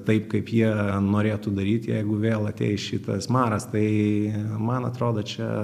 taip kaip jie norėtų daryt jeigu vėl ateis šitas maras tai man atrodo čia